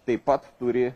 taip pat turi